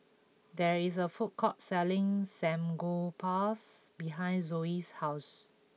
there is a food court selling Samgyeopsals behind Zoe's house